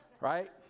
right